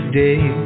day